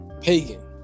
pagan